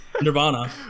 Nirvana